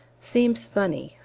seems funny,